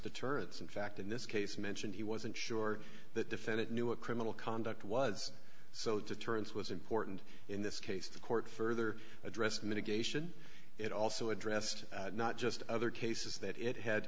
target in fact in this case mentioned he wasn't sure that defendant knew what criminal conduct was so deterrence was important in this case the court further addressed mitigation it also addressed not just other cases that it had